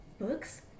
books